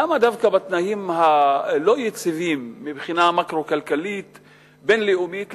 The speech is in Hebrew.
למה דווקא בתנאים הלא-יציבים מבחינה מקרו-כלכלית בין-לאומית,